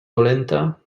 dolenta